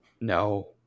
No